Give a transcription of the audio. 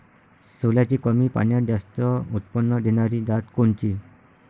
सोल्याची कमी पान्यात जास्त उत्पन्न देनारी जात कोनची?